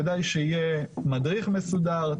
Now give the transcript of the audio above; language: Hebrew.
כדאי שיהיה מדריך מסודר,